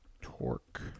Torque